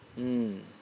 mm